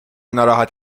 ناراحت